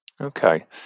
Okay